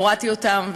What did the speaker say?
הורדתי אותם,